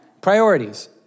Priorities